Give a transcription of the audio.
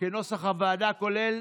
כנוסח הוועדה, כולל